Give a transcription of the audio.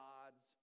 God's